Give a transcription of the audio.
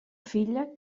filla